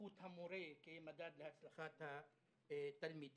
איכות המורה כמדד להצלחת התלמידים.